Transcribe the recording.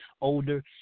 older